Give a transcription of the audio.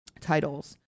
titles